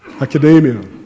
academia